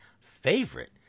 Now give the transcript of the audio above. favorite